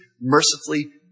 mercifully